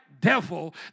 devil